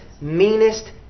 meanest